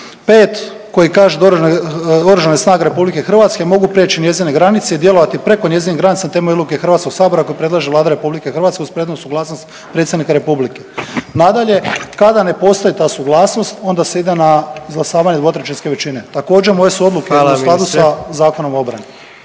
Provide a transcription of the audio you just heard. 5. koji kaže da Oružane snage Republike Hrvatske mogu prijeći njezine granice i djelovati preko njezinih granica na temelju odluke Hrvatskog sabora koji predlaže Vlada Republike Hrvatske uz prethodnu suglasnost predsjednika Republike. Nadalje, kada ne postoji ta suglasnost onda se ide na izglasavanje dvotrećinske većine. Također moje su odluke … …/Upadica predsjednik: